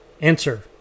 Answer